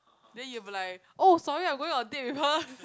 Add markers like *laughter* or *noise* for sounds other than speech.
then you have like oh sorry I'm going on a date with her *laughs*